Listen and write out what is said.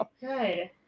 Good